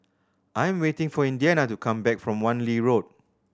I am waiting for Indiana to come back from Wan Lee Road